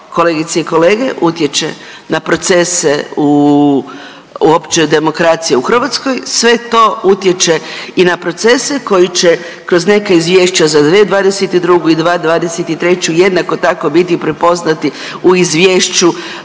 kolegice i kolege utječe na procese uopće demokracije u Hrvatskoj, sve to utječe i na procese koji će kroz neka izvješća za 2022. i 2023. jednako tako biti prepoznati u Izvješću